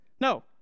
no